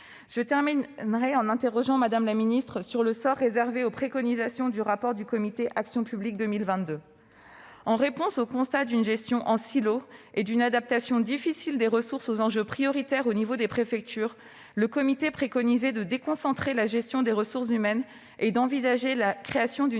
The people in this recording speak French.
Je terminerai en interrogeant Mme la ministre sur le sort réservé aux préconisations du rapport remis par le comité Action publique 2022. En réponse au constat d'une gestion en silo et d'une adaptation difficile des ressources aux enjeux prioritaires au niveau des préfectures, le comité préconisait de déconcentrer la gestion des ressources humaines et d'envisager la création d'une